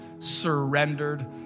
surrendered